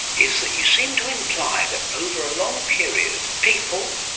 is that you seem to imply that over a long period, people,